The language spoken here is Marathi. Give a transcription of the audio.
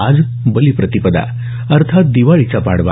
आज बलिप्रतिपदा अर्थात दिवाळीचा पाडवा